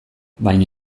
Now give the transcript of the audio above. baina